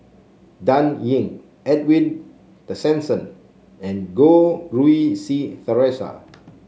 Dan Ying Edwin Tessensohn and Goh Rui Si Theresa